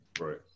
Right